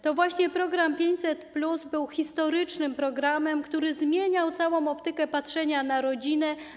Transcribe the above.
To właśnie program 500+ był historycznym programem, który zmieniał całą optykę patrzenia na rodzinę.